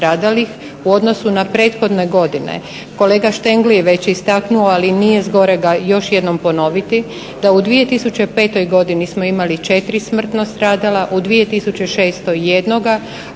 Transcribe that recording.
u odnosu na prethodne godine. Kolega Štengl je već istaknuo, ali nije zgorega još jednom ponoviti, da u 2005. godini smo imali 4 smrtno stradala, u 2006. jednoga,